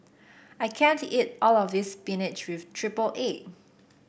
I can't eat all of this spinach with triple egg